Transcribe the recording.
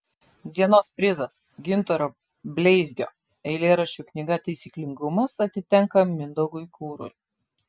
dienos prizas gintaro bleizgio eilėraščių knyga taisyklingumas atitenka mindaugui kurui